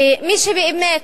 ומי שבאמת